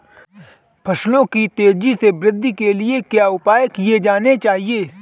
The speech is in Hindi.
फसलों की तेज़ी से वृद्धि के लिए क्या उपाय किए जाने चाहिए?